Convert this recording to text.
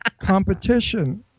Competition